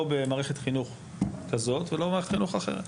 לא במערכת החינוך כזאת ולא במערכת חינוך אחרת.